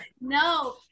No